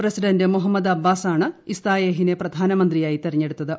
president Muhammad അബ്ബാസാണ് ഇസ്തായേഹിനെ പ്രധാനമന്ത്രിയായി തെരഞ്ഞെടുത്തത്